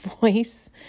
voice